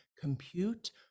compute